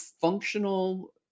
functional